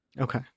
Okay